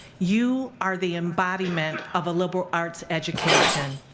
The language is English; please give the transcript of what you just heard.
you are the embodiment of a liberal arts education.